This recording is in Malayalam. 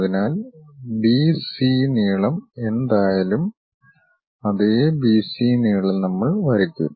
അതിനാൽ ബി സി നീളം എന്തായാലും അതേ ബി സി നീളം നമ്മൾ വരയ്ക്കും